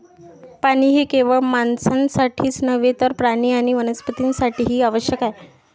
पाणी हे केवळ माणसांसाठीच नव्हे तर प्राणी आणि वनस्पतीं साठीही आवश्यक आहे